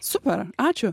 super ačiū